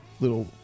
little